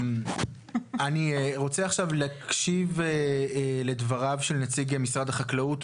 נציג משרד החקלאות,